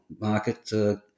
market